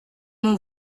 mon